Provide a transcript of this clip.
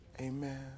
Amen